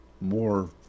more